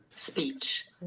Speech